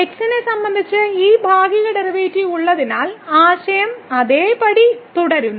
x നെ സംബന്ധിച്ച് ഈ ഭാഗിക ഡെറിവേറ്റീവ് ഉള്ളതിനാൽ ആശയം അതേപടി തുടരുന്നു